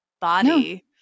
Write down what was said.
body